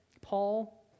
paul